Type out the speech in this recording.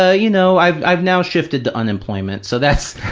ah you know, i've i've now shifted to unemployment, so that's,